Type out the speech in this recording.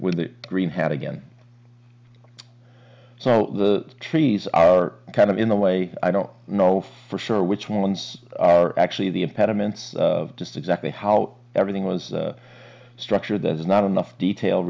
with a green hat again so the trees are kind of in the way i don't know for sure which ones are actually the impediments just exactly how everything was structured there's not enough detail